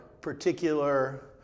particular